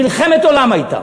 מלחמת עולם הייתה.